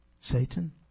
Satan